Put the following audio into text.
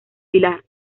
pilar